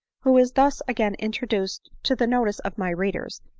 who is thus again introduced to the notice of my readers,